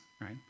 right